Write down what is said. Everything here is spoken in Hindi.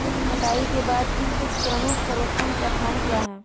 कटाई के बाद की कुछ प्रमुख सर्वोत्तम प्रथाएं क्या हैं?